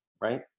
right